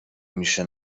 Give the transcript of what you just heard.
میشه